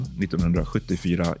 1974